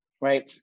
right